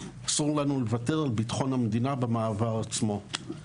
אסור לנו לוותר על ביטחון המדינה במעבר עצמו.